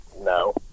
No